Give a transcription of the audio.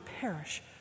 perish